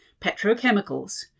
petrochemicals